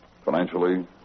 Financially